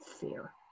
fear